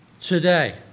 today